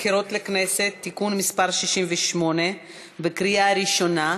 הבחירות לכנסת (תיקון מס' 68) בקריאה ראשונה.